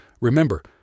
Remember